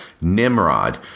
Nimrod